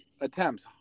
Attempts